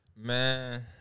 man